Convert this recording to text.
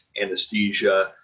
anesthesia